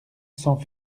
sans